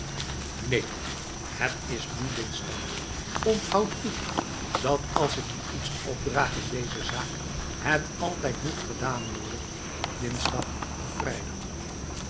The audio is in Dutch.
neen het is nu dinsdagl onthoud goed dat als ik je iets opdraag in deze zaak het altijd moet gedaan worden op dinsdag of vrijdag